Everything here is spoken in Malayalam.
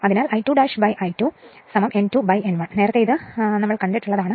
അതേപോലെ I2 I2N2N1 ആണെന്ന് നമുക്കറിയാം